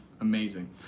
Amazing